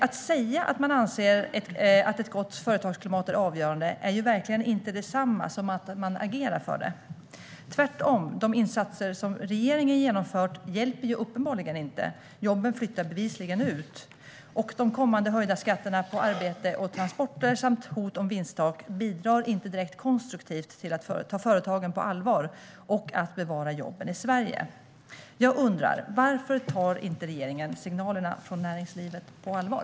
Att säga att man anser att ett gott företagsklimat är avgörande är verkligen inte detsamma som att agera för det - tvärtom. De insatser regeringen har genomfört hjälper uppenbarligen inte; jobben flyttar bevisligen ut. De kommande höjda skatterna på arbete och transporter samt hot om vinsttak bidrar inte heller direkt konstruktivt när det gäller att ta företagen på allvar och bevara jobben i Sverige. Jag undrar varför regeringen inte tar signalerna från näringslivet på allvar.